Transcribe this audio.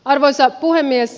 arvoisa puhemies